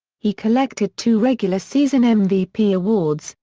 he collected two regular-season um mvp awards,